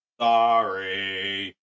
Sorry